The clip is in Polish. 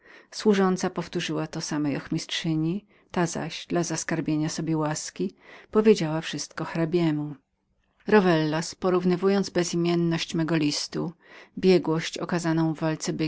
służąca powtórzyła to samej ochmistrzyni ta zaś dla zaskarbienia sobie łaski powiedziała wszystko hrabiemu rowellas porównywając bezimienność mego listu biegłość okazaną w walce byków